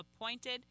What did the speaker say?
appointed